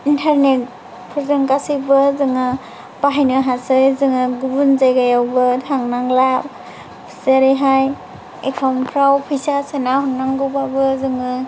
इन्टारनेटफोरजों गासैबो जों बाहायनो हासै जों गुबुन जायगायावबो थांनांला जेरैहाय एकाउन्टफ्राव फैसा सोना हरनांगौबाबो जों